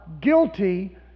guilty